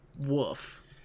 woof